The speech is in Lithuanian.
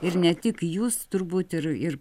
ir ne tik jūs turbūt ir ir